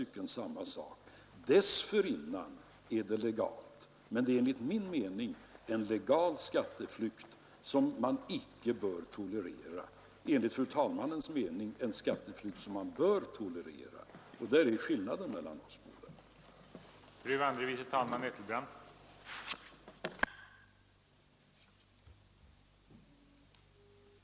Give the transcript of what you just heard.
Dessförinnan är det legalt, men enligt min mening är detta en legal skatteflykt som man icke bör tolerera, medan det enligt fru talmannens mening är skatteflykt som man bör tolerera. Där ligger skillnaden i uppfattning mellan oss båda.